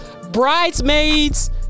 Bridesmaids